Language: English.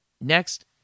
Next